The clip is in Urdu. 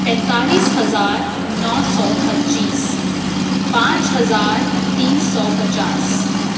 پینتالیس ہزار نو سو پچیس پانچ ہزار تین سو پچاس